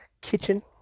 kitchen